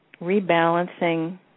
rebalancing